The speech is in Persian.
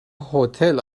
هتل